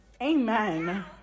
Amen